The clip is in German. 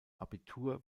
abitur